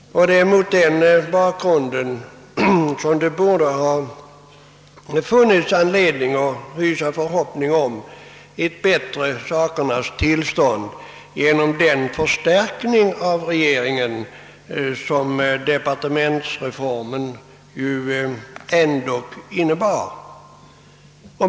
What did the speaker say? Mot denna bakgrund borde det ha funnits anledning att hysa förhoppning om ett bättre sakernas tillstånd efter den förstärkning av regeringen som departementsreformen innebar.